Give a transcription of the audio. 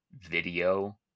video